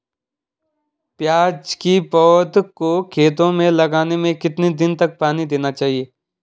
प्याज़ की पौध को खेतों में लगाने में कितने दिन तक पानी देना चाहिए?